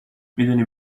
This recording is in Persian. میدونی